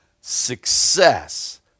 success